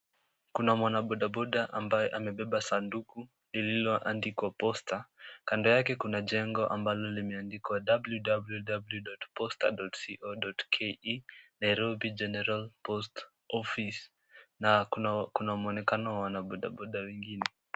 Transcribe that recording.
Kuna mwanabodaboda ambaye amebeba sanduku lililoandikwa Posta . Kando yake kuna jengo ambalo limeandikwa www.poster.co.ke Nairobi General Post Office . Na kuna mwonekano wa wanabodaboda wengine.